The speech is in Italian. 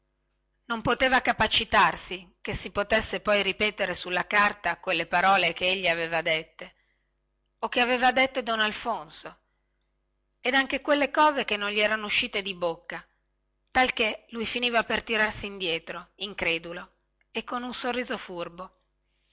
non poteva persuadersi che si potesse poi ripetere sulla carta quelle parole che egli aveva dette o che aveva dette don alfonso ed anche quelle cose che non gli erano uscite di bocca e finiva col fare quel sorriso furbo